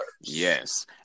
Yes